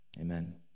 Amen